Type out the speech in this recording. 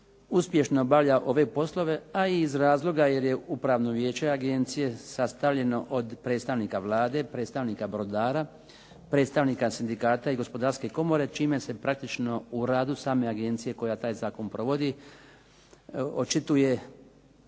uspješno obavlja ove poslove, a i iz razloga jer je upravno vijeće agencije sastavljeno od predstavnika Vlade, predstavnika brodara, predstavnika sindikata i gospodarske komore čime se praktično u radu same agencije, koja taj zakon provodi, očituje